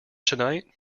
tonight